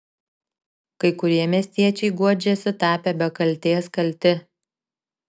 kai kurie miestiečiai guodžiasi tapę be kaltės kalti